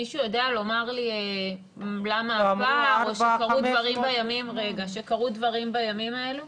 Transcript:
מישהו יודע לומר לי למה הפער או שקרו ימים בימים האלה?